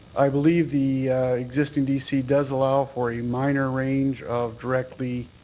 i believe the existing dc does allow for a minor range of directly